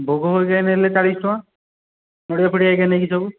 ଭୋଗ ହରିକା ନେଲେ ଚାଳିଶ ଟଙ୍କା ନଡ଼ିଆ ଫଡ଼ିଆ ନେଇକି ସବୁ